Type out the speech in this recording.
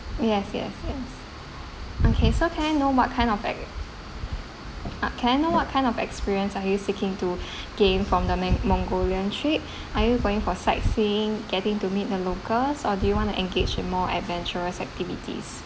yes yes yes okay so can I know what kind of act~ ah can I know what kind of experience are you seeking to gain from the man~ mongolian trip are you going for sightseeing getting to meet the locals or do you want to engage with more adventurous activities